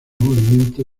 movimiento